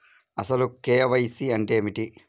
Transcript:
అసలు కే.వై.సి అంటే ఏమిటి?